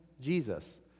Jesus